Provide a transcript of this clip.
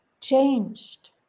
changed